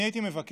אני הייתי מבקש